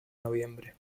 noviembre